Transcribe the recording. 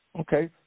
Okay